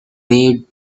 made